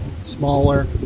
smaller